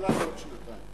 תחולה בעוד שנתיים.